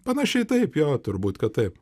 panašiai taip jo turbūt kad taip